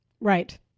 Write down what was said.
Right